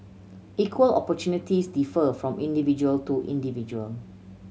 equal opportunities differ from individual to individual